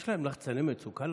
יש להם לחצני מצוקה,